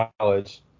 college